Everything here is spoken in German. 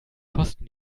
kosten